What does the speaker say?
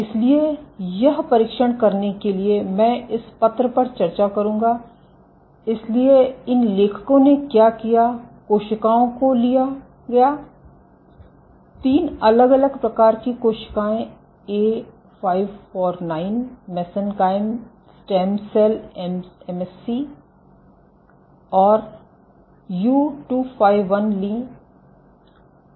इसलिए यह परीक्षण करने के लिए मैं इस पत्र पर चर्चा करूंगा इसलिए इन लेखकों ने क्या किया कोशिकाओं को लिया गया तीन अलग अलग प्रकार की कोशिकाएं A549 मेसेनकाइम स्टेम सेल और U251 लीं